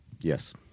Yes